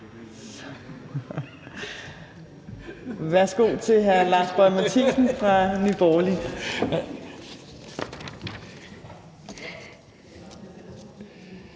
værsgo til hr. Lars Boje Mathiesen fra Nye Borgerlige.